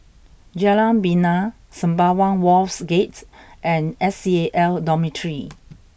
Jalan Bena Sembawang Wharves Gate and S C A L Dormitory